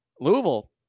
Louisville